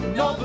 no